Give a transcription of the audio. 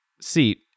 seat